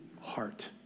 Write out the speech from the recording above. heart